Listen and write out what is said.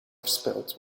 verspild